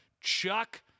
Chuck